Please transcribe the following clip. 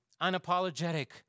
unapologetic